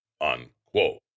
Unquote